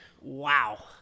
Wow